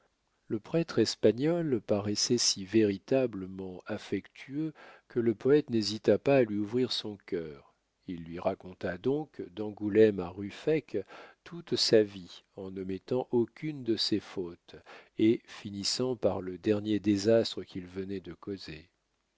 le prêtre espagnol paraissait si véritablement affectueux que le poète n'hésita pas à lui ouvrir son cœur il lui raconta donc d'angoulême à ruffec toute sa vie en n'omettant aucune de ses fautes et finissant par le dernier désastre qu'il venait de causer